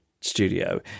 studio